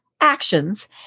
actions